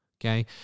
Okay